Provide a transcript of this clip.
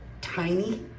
tiny